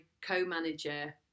co-manager